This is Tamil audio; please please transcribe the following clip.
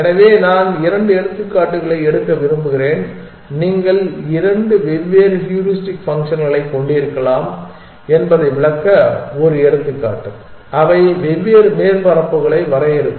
எனவே நான் இரண்டு எடுத்துக்காட்டுகளை எடுக்க விரும்புகிறேன் நீங்கள் இரண்டு வெவ்வேறு ஹூரிஸ்டிக் ஃபங்க்ஷன்களைக் கொண்டிருக்கலாம் என்பதை விளக்க ஒரு எடுத்துக்காட்டு அவை வெவ்வேறு மேற்பரப்புகளை வரையறுக்கும்